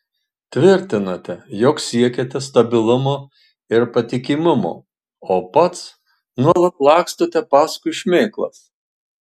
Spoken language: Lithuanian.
tvirtinate jog siekiate stabilumo ir patikimumo o pats nuolat lakstote paskui šmėklas